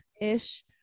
ish